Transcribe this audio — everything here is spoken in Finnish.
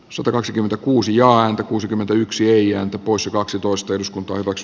satakaksikymmentäkuusi joan kuusikymmentäyksi ei on poissa kaksitoista eduskuntaan vox